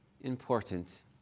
important